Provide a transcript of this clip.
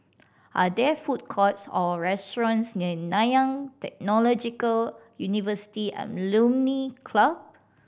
are there food courts or restaurants near Nanyang Technological University Alumni Club